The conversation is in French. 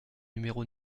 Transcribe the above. numéro